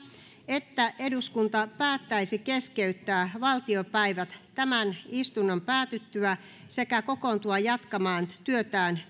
että eduskunta päättäisi keskeyttää valtiopäivät tämän istunnon päätyttyä sekä kokoontua jatkamaan työtään